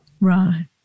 Right